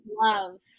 love